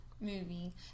movie